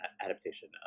adaptation